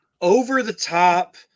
over-the-top